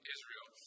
Israel